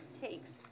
takes